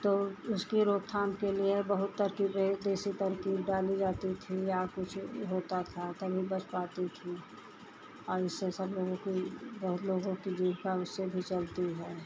तो उसकी रोकथाम के लिए बहुत तरकीबें जैसे तरकीब डाली जाती थी या कुछ होता था तभी दस पाँच मछली और इसे सब लोगों की बहुत लोगों की जीविका उससे भी चलती है